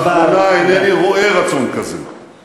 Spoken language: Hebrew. דרוש רצון לשלום גם